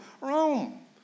Rome